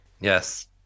yes